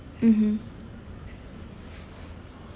mmhmm